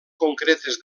concretes